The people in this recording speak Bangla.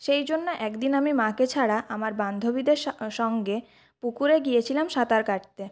সেই জন্য একদিন আমি মাকে ছাড়া আমার বান্ধবীদের সঙ্গে পুকুরে গিয়েছিলাম সাঁতার কাটতে